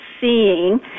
seeing